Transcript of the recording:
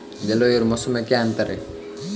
जलवायु और मौसम में अंतर क्या है?